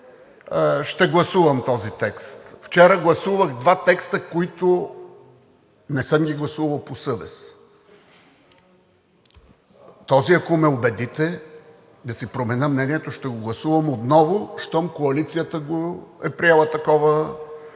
ще гласувам този текст. Вчера гласувах два текста, които не съм ги гласувал по съвест. Този, ако ме убедите да си променя мнението, ще го гласувам отново, щом коалицията е приела такова